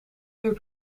uur